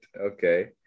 okay